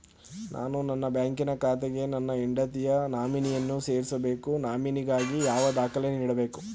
ನಾನು ನನ್ನ ಬ್ಯಾಂಕಿನ ಖಾತೆಗೆ ನನ್ನ ಹೆಂಡತಿಯ ನಾಮಿನಿಯನ್ನು ಸೇರಿಸಬೇಕು ನಾಮಿನಿಗಾಗಿ ಯಾವ ದಾಖಲೆ ನೀಡಬೇಕು?